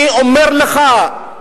אני אומר לך,